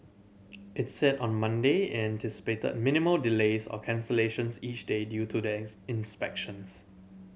it said on Monday anticipated minimal delays or cancellations each day due to the inspections